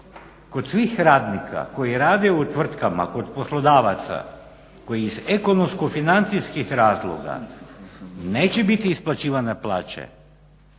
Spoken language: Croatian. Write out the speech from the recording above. kod svih radnika koji rade u tvrtkama kod poslodavaca koji iz ekonomsko-financijskih razloga neće biti isplaćivane plaće,